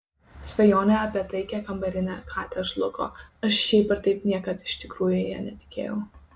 svajonė apie taikią kambarinę katę žlugo aš šiaip ar taip niekad iš tikrųjų ja netikėjau